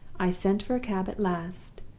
i sent for a cab at last,